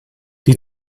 die